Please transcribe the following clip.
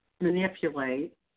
manipulate